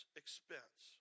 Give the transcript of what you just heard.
expense